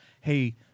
Hey